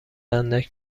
اندک